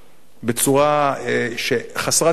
בצורה חסרת תקדים,